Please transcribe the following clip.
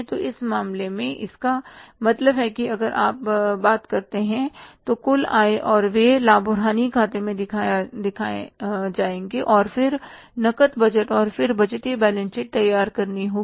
तो इस मामले में इसका मतलब है कि अगर आप बात करते हैं तो कुल आय और व्यय लाभ और हानि खाते में दिखाए जाएंगे और फिर नकद बजट और फिर बजटीय बैलेंस शीट तैयार करनी होगी